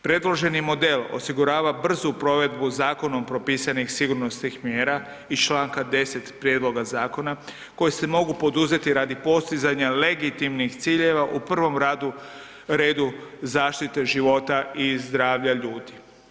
Predloženi model osigurava brzu provedbu zakonom propisanih sigurnosnih mjera iz čl. 10. prijedloga zakona koje se mogu poduzeti radi postizanja legitimnih ciljeva u prvom redu, zaštite života i zdravlja ljudi.